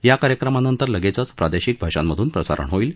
या कार्यक्रमानंतर लगेचच प्रादेशिक भाषांमधून प्रसारण होईल